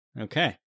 Okay